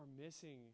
missing